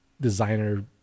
designer